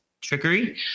trickery